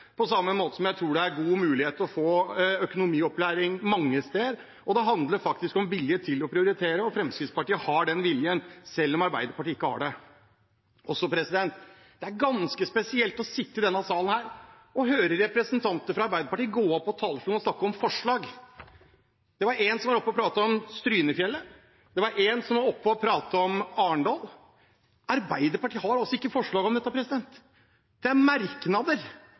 på samme måte som jeg tror det er god mulighet til å få økonomiopplæring mange steder. Det handler faktisk om vilje til å prioritere, og Fremskrittspartiet har den viljen selv om Arbeiderpartiet ikke har det. Det er ganske spesielt å sitte i denne salen og høre representanter fra Arbeiderpartiet gå opp på talerstolen og snakke om forslag. Det var én som var oppe og pratet om Strynefjellet. Det var én som var oppe og pratet om Arendal. Arbeiderpartiet har altså ikke forslag om dette. Det er merknader.